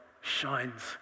shines